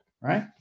right